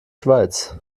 schweiz